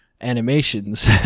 animations